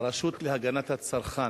הרשות להגנת הצרכן,